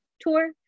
tour